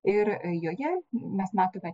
ir joje mes matome